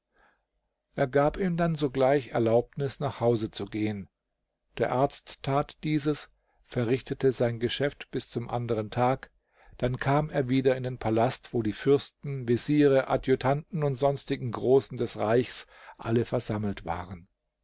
er gab ihm dann sogleich erlaubnis nach hause zu gehen der arzt tat dieses verrichtete sein geschäft bis zum anderen tag dann kam er wieder in den palast wo die fürsten veziere adjutanten und sonstigen großen des reichs alle versammelt waren